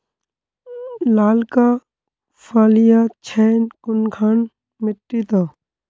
लालका फलिया छै कुनखान मिट्टी त?